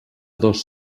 dos